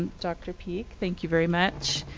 dr peak, thank you very much.